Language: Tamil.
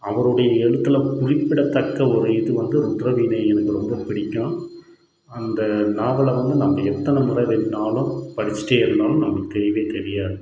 அவருடைய எழுத்தில் குறிப்பிடதக்க ஒரு இது வந்து ருத்ரவீணை எனக்கு ரொம்ப பிடிக்கும் அந்த நாவலை வந்து நம்ம எத்தனை முறை வேணாலும் படித்திட்டே இருந்தாலும் நமக்கு தெரியவே தெரியாது